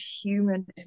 human